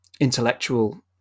intellectual